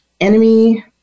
enemy